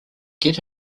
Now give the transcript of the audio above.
get